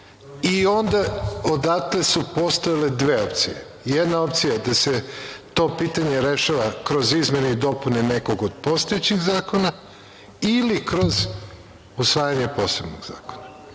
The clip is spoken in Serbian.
i onda odatle su postojale dve opcije. Jedna opcija je da se to pitanje rešava kroz izmene i dopune nekog od postojećih zakona, ili kroz usvajanje posebnog